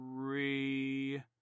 three